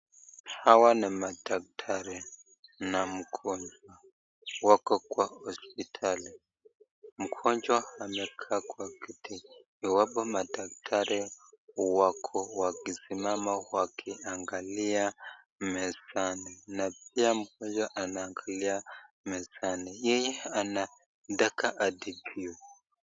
Hawa ni madaktari na mgonjwa wako kwa hospitali, mgonjwa amekaa kwa kiti iwapo madaktari wako wakisimama wakiangalia mezani na pia mgonjwa anaangalia mezani, yeye anataka atibiwe.